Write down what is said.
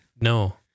No